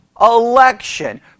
Election